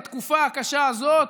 בתקופה הקשה הזאת,